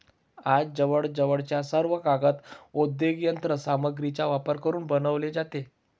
आज जवळजवळ सर्व कागद औद्योगिक यंत्र सामग्रीचा वापर करून बनवले जातात